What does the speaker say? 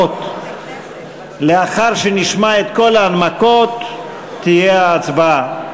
לאחר שנשמע את כל ההנמקות תהיה ההצבעה.